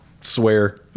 swear